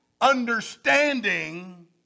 understanding